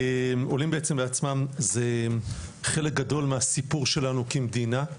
עולים הם חלק גדול מן הסיפור שלנו כמדינה.